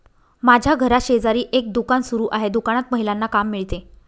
माझ्या घराशेजारी एक दुकान सुरू आहे दुकानात महिलांना काम मिळते